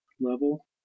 level